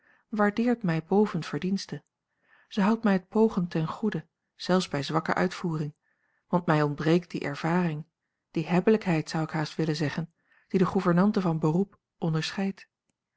waardeert mij boven verdienste zij houdt mij het pogen ten goede zelfs bij zwakke uitvoering want mij ontbreekt die ervaring die hebbelijkheid zou ik haast willen zeggen die de gouvernante van beroep onderscheidt